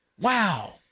Wow